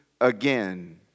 again